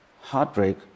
Heartbreak